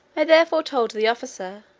i therefore told the officer,